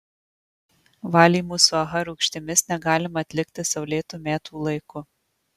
valymų su aha rūgštimis negalima atlikti saulėtu metų laiku